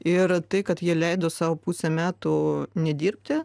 ir tai kad jie leido sau pusę metų nedirbti